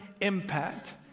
impact